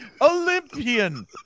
Olympian